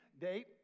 date